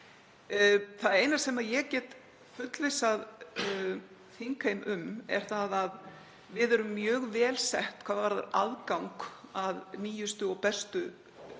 Það eina sem ég get fullvissað þingheim um er að við erum mjög vel sett hvað varðar aðgang að nýjustu og bestu